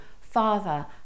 Father